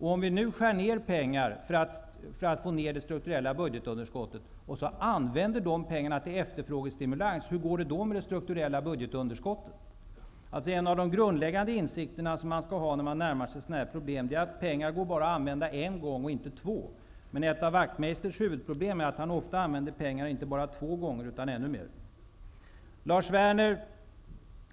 Om vi gör nedskärningar för att få ner det strukturella budgetunderskottet och sedan använder de pengarna till efterfrågestimulans, hur går det då med det strukturella budgetunderskottet? En av de grundläggande insikterna man skall ha när man närmar sig problem av detta slag är att pengar bara går att använda en gång, och inte två. Ett av Wachtmeisters huvudproblem är att han ofta använder pengar inte bara två gånger, utan ännu fler. Lars Werner